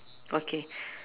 okay